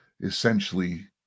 essentially